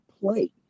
play